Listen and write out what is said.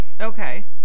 Okay